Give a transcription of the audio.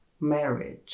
marriage